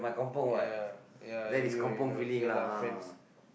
ya ya everyone knows ya lah friends